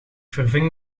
verving